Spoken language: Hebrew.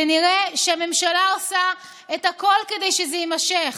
ונראה שהממשלה עושה את הכול כדי שזה יימשך.